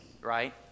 Right